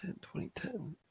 2010